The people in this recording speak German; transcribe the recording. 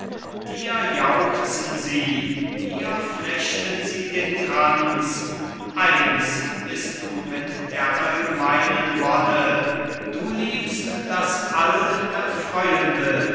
dir jauchzen sie dir flechten sie den kranz eins bist du mit der allgemeinen wonne du liebst das